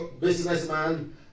businessman